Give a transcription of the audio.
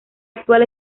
actual